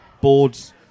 boards